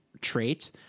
trait